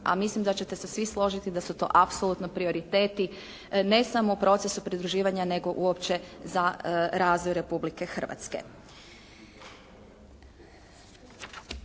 a mislim da ćete se svi složiti da su to apsolutno prioriteti ne samo u procesu pridruživanja nego uopće za razvoj Republike Hrvatske.